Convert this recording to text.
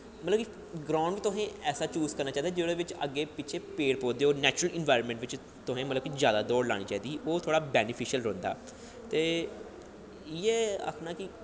मतलब कि ग्राउंड़ तुसे ऐसा चूज करना चाहिदा जित्थै अग्गैं पिच्छें पेड़ पौधे होन नैचुर्ल इंवाईरनमैंट बिच्च तुसें मतलब कि जादा दौड़ लानी चाहिदी ओह् थोह्ड़ा बैनिफिशल रौंह्दा ते इ'यै आखना कि